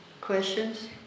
questions